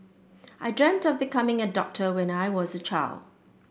I dreamt of becoming a doctor when I was a child